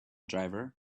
driver